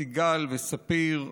סיגל וספיר,